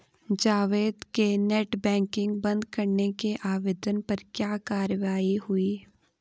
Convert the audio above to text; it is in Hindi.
जावेद के नेट बैंकिंग बंद करने के आवेदन पर क्या कार्यवाही हुई?